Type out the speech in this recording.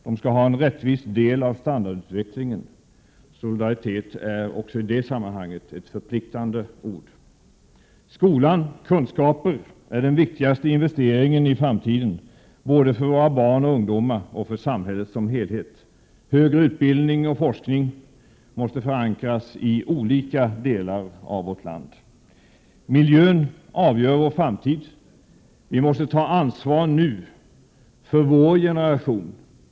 De skall ha en rättvis del av standardutvecklingen. Solidaritet är också i det sammanhanget ett förpliktande ord. Skola och kunskaper är den viktigaste investeringen i framtiden, både för barn och ungdomar och för samhället som helhet. Högre utbildning och forskning måste förankras i olika delar av vårt land. Miljön avgör vår framtid. Vi måste ta ansvar nu, för vår generation.